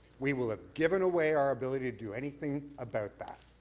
we will have given away our ability to do anything about that.